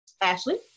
Ashley